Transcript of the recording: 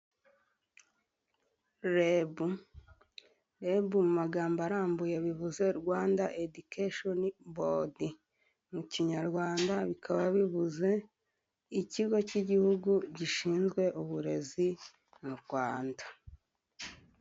Rebu, Rebu mu magambo arambuye bivuze Rwanda edikeshoni bodi mu kinyarwanda bikaba bivuze ikigo cy'igihugu gishinzwe uburezi mu Rwanda.